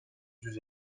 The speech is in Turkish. yüz